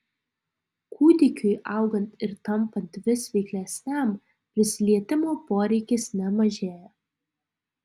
kūdikiui augant ir tampant vis veiklesniam prisilietimo poreikis nemažėja